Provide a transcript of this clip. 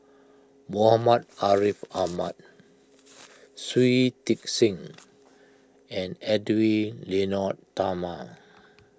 Muhammad Ariff Ahmad Shui Tit Sing and Edwy Lyonet Talma